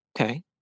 okay